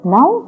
Now